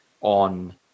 on